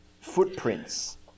footprints